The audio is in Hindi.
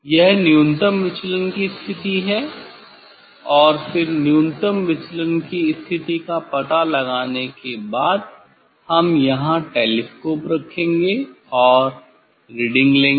यह न्यूनतम विचलन की स्थिति है और फिर न्यूनतम विचलन की स्थिति का पता लगाने के बाद हम यहां टेलीस्कोप रखेंगे और रीडिंग लेंगे